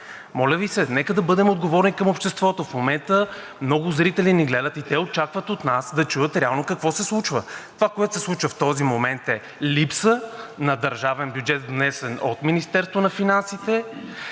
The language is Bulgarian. Моля Ви, нека да бъдем отговорни към обществото. В момента много зрители ни гледат и те очакват от нас да чуят реално какво се случва. Това, което се случва в този момент, е липса на държавен бюджет, внесен от Министерството на финансите,